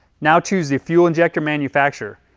now choose the fuel injector manufacturer,